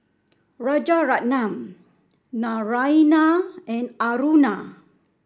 Rajaratnam Naraina and Aruna